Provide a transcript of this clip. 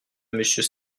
monsieur